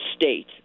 state